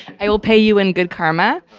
i will pay you in good karma.